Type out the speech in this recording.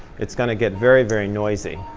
it's going to get very, very noisy.